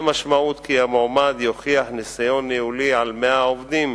המשמעות אינה שהמועמד יוכיח ניסיון ניהולי על 100 עובדים,